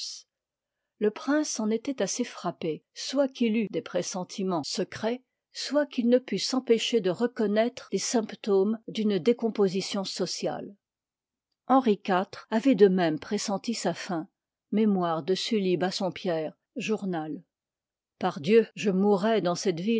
le prince en étoit assez frappé soit qu'il eût des pressentimens secrets soit qu'il ne pût s'empêcher de reconnoître les symptômes d'une décomposition sociale mémoires hcuri iv avoit de même pressenti sa fin baslmv pardicu je mourrai dans cette